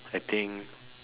I think